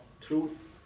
truth